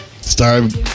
start